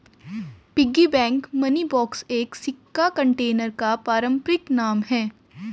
piggy bank money box एक सिक्का container का पारंपरिक नाम है